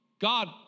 God